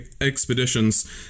expeditions